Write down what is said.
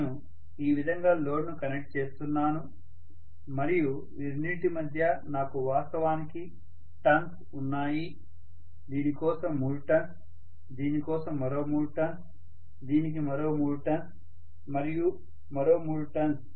నేను ఈ విధంగా లోడ్ను కనెక్ట్ చేస్తున్నాను మరియు ఈ రెండింటి మధ్య నాకు వాస్తవానికి టర్న్స్ ఉన్నాయి దీని కోసం మూడు టర్న్స్ దీని కోసం మరో మూడు టర్న్స్ దీనికి మరో మూడు టర్న్స్ మరియు మరో మూడు టర్న్స్